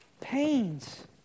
pains